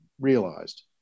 realized